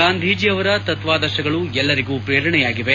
ಗಾಂಧಿಜೀ ಅವರ ತತ್ವಾದರ್ಶಗಳು ಎಲ್ಲರಿಗೂ ಪ್ರೇರಣೆಯಾಗಿದೆ